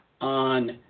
on